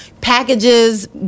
packages